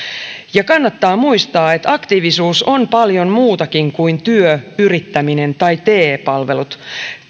kannattaa muistaa että aktiivisuus on paljon muutakin kuin työ yrittäminen tai te palvelut